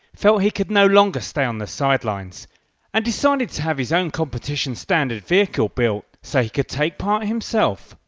felt he could no longer stay on the side lines and decided to have his own competition standard vehicle built so he could take part himself.